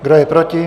Kdo je proti?